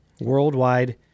worldwide